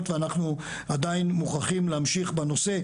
ואנחנו עדיין מוכרחים להמשיך בנושא.